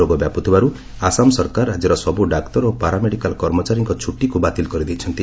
ରୋଗ ବ୍ୟାପୁଥିବାରୁ ଆସାମ ସରକାର ରାଜ୍ୟର ସବ୍ର ଡାକ୍ତର ଓ ପାରାମେଡିକାଲ୍ କର୍ମଚାରୀଙ୍କ ଛଟିକ୍ ବାତିଲ୍ କରିଦେଇଛନ୍ତି